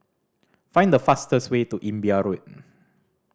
find the fastest way to Imbiah Road